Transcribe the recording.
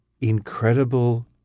incredible